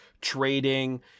trading